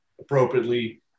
appropriately